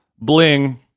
bling